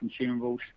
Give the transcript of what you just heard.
consumables